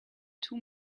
two